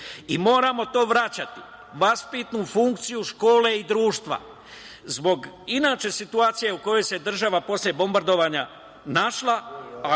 i moramo to vraćati, vaspitnu funkciju škole i društva. Inače situacije u kojoj se država posle bombardovanja našla,